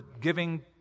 giving